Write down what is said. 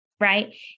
Right